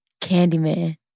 Candyman